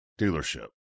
dealership